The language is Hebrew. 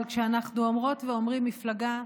אבל כשאנחנו אומרות ואומרים מפלגה,